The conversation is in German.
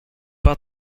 war